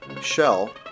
Shell